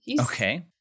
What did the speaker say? Okay